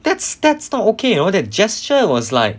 that's that's not okay hor the gesture was like